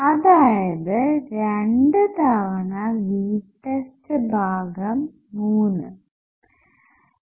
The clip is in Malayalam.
അതായത് 2 തവണ V test ഭാഗം 3